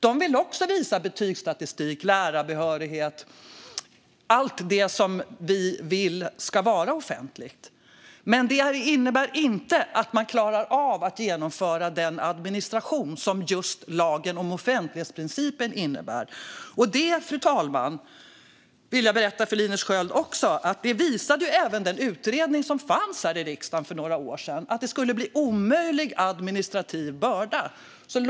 De vill också visa betygsstatistik, lärarbehörighet och allt det vi vill ska vara offentligt. Men det innebär inte att man klarar av att genomföra den administration som just lagstiftningen om offentlighetsprincipen innebär. Jag vill berätta för Linus Sköld, fru talman, att det visade också den utredning som fanns här i riksdagen för några år sedan. Det skulle bli en omöjlig administrativ börda. Fru talman!